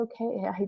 okay